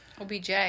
OBJ